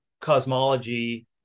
cosmology